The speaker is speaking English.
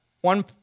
one